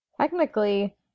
Technically